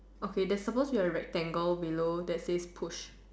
okay there's supposed to be a rectangle below that says push